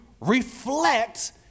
reflect